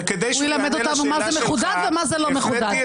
הוא ילמד אותנו מה זה מחודד ומה זה לא מחודד.